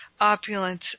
opulence